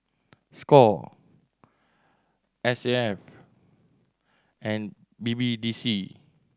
score S A F and B B D C